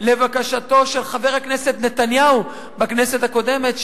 לבקשתו של חבר הכנסת נתניהו בכנסת הקודמת,